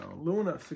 Luna